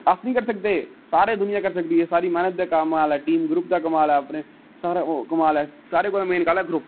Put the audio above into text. अस नेई करी सकदे सारी दुनिया करी सकदी सारी मैहनत दे कमाल ऐ टीम ग्रूप दा कमाल ऐ अपने अपने सारा कमाल ऐ सारे कोला मेन गल्ल ऐ ग्रुप